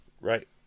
Right